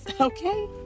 Okay